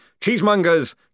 Cheesemongers